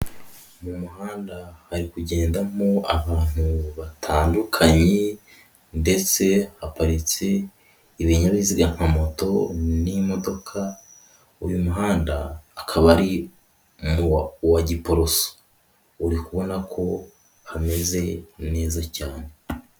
Mu muhanda hari kugendamo abantu batandukanye ndetse haparitse ibinyabiziga nka moto n'imodoka, uyu muhanda akaba ari uwa Giporoso, uri kubona ko hameze neza cyane.